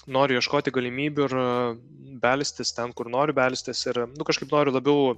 noriu ieškoti galimybių ir belstis ten kur noriu belstis ir nu kažkaip noriu labiau